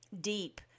deep